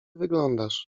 wyglądasz